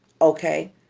Okay